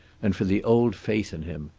and for the old faith in him,